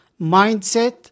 mindset